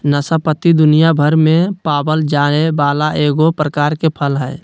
नाशपाती दुनियाभर में पावल जाये वाला एगो प्रकार के फल हइ